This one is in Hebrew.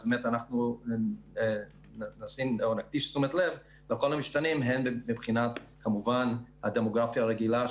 אז באמת נקדיש תשומת לב לכל המשתנים הן מבחינת כמובן הדמוגרפיה הרגילה,